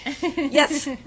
yes